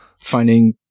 finding